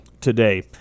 today